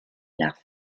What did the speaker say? nach